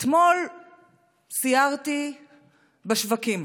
אתמול סיירתי בשווקים.